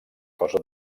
cosa